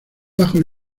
bajo